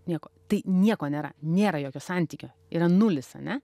nieko tai nieko nėra nėra jokio santykio yra nulis ane